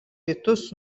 rytus